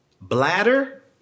bladder